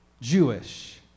Jewish